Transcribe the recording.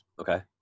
okay